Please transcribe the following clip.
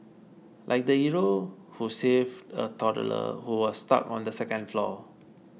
like the hero who saved a toddler who was stuck on the second floor